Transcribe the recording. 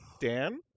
Dan